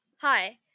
Hi